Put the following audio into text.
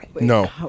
No